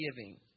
giving